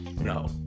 No